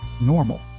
normal